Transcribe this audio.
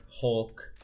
Hulk